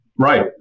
Right